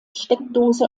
steckdose